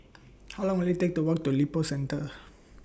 How Long Will IT Take to Walk to Lippo Centre